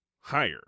higher